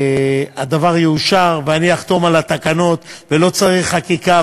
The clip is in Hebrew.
הדבר יאושר ואני אחתום על התקנות, ולא צריך חקיקה.